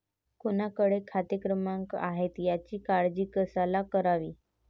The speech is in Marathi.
कोणाकडे खाते क्रमांक आहेत याची काळजी कशाला करावी